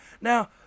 Now